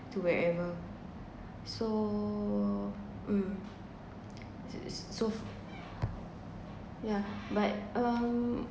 to wherever so um so yeah but um